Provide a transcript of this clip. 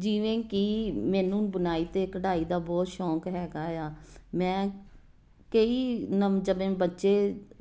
ਜਿਵੇਂ ਕਿ ਮੈਨੂੰ ਬੁਣਾਈ ਅਤੇ ਕਢਾਈ ਦਾ ਬਹੁਤ ਸ਼ੌਂਕ ਹੈਗਾ ਆ ਮੈਂ ਕਈ ਨਵੇਂ ਜੰਮੇ ਬੱਚੇ